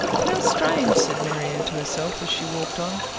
how strange! said marianne to herself as she walked on.